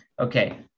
Okay